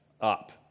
up